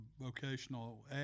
vocational